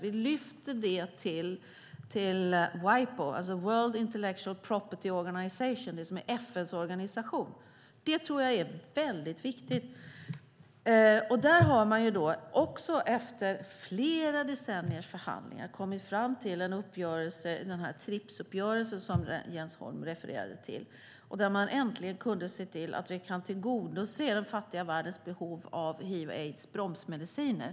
Vi lyfter dem till WIPO, World Intellectual Property Organization, som är FN:s organisation. Jag tror att det är mycket viktigt. Där har man också efter flera decenniers förhandlingar kommit fram till en uppgörelse, den här TRIPS-uppgörelsen som Jens Holm refererade till. Där kunde man äntligen se till att vi kan tillgodose den fattiga världens behov av hiv/aids-bromsmediciner.